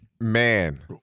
Man